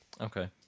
okay